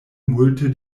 multe